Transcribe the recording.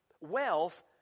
wealth